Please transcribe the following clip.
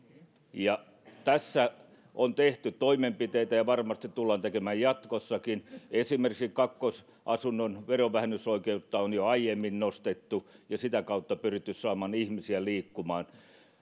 tässä on tehty toimenpiteitä ja varmasti tullaan tekemään jatkossakin esimerkiksi kakkosasunnon verovähennysoikeutta on jo aiemmin nostettu ja sitä kautta pyritty saamaan ihmisiä liikkumaan